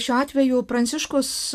šiuo atveju pranciškus